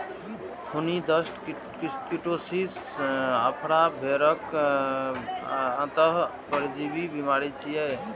खूनी दस्त, कीटोसिस, आफरा भेड़क अंतः परजीवी बीमारी छियै